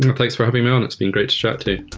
and thanks for having me on. it's been great to chat too.